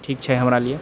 ठीक छै हमरा लिअऽ